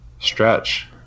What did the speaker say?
Stretch